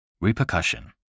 Repercussion